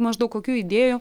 maždaug kokių idėjų